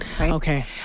Okay